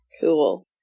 Cool